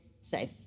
safe